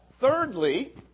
thirdly